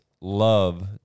love